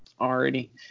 Already